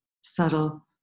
subtle